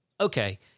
okay